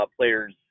players